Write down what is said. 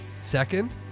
Second